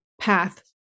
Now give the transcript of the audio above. path